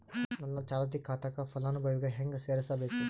ನನ್ನ ಚಾಲತಿ ಖಾತಾಕ ಫಲಾನುಭವಿಗ ಹೆಂಗ್ ಸೇರಸಬೇಕು?